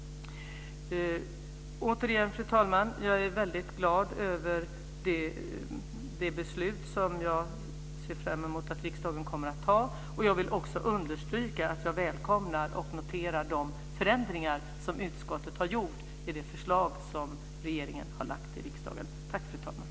Fru talman! Återigen: Jag är väldigt glad över det beslut som jag ser fram emot att riksdagen kommer att fatta. Jag vill också understryka att jag välkomnar och noterar de förändringar som utskottet har gjort i det förslag som regeringen har lagt fram för riksdagen.